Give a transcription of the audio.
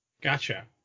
Gotcha